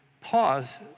pause